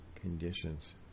conditions